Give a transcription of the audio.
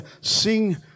Sing